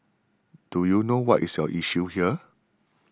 do you know what is your issue here